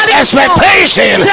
expectation